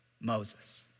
Moses